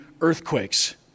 earthquakes